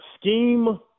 scheme